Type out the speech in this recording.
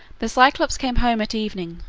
the cyclops came home at evening,